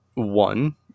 one